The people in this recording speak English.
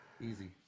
Easy